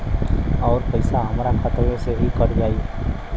अउर पइसवा हमरा खतवे से ही कट जाई?